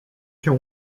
się